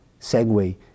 segue